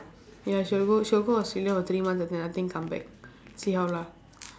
ya she will go she will go australia for three months I think then nothing come back see how lah